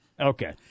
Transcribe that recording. Okay